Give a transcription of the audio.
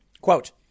Quote